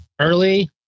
early